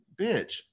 bitch